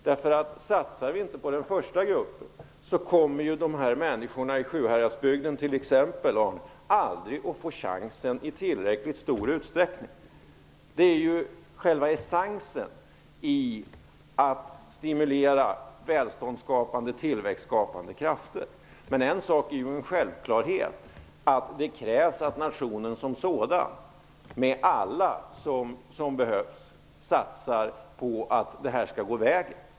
Om vi inte satsar på den första gruppen kommer ju t.ex. människorna i Sjuhäradsbygden aldrig att få chansen i tillräckligt stor utsträckning. Det är själva essensen i principen att stimulera välstånds och tillväxtsskapande krafter. Men en sak är självklar: Det krävs att nationen som sådan och alla som behövs satsar på att detta skall gå vägen.